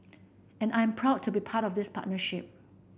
and I am proud to be part of this partnership